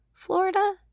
Florida